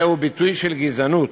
זהו ביטוי של גזענות,